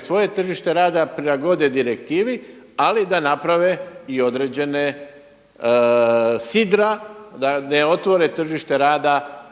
svoje tržište rada prilagode direktivi, ali da naprave i određene sidra da ne otvore tržište rada